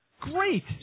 Great